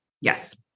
Yes